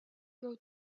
grow